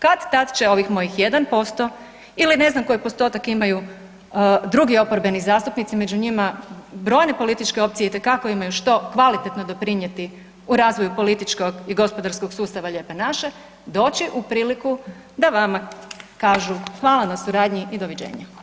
Kad-tad će ovih mojih 1% ili ne znam koji postotak imaju drugi oporbeni zastupnici, među njima brojne političke opcije itekako imaju što kvalitetno doprinijeti u razvoju političkog i gospodarskog sustava Lijepe naše, doći u priliku da vama kažu „Hvala na suradnji i doviđenja.